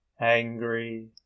angry